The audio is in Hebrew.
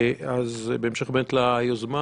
אז בהמשך באמת ליוזמה